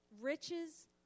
Riches